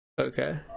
Okay